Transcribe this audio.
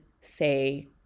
say